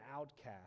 outcast